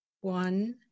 One